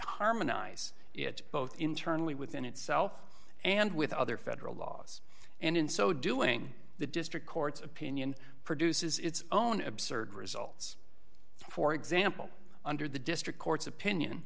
harmonize it both internally within itself and with other federal laws and in so doing the district court's opinion produces its own absurd results for example under the district court's opinion